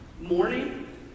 Morning